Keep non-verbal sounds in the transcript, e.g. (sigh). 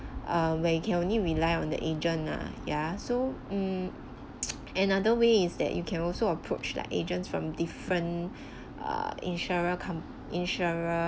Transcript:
err where you can only rely on the agent ah yeah so um (noise) another way is that you can also approach like agents from different err insurer com insurer